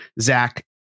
Zach